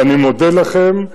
ואני מודה לכם.